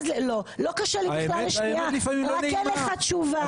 לא קשה לי לשמיעה ואתן לך תשובה.